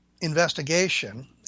investigation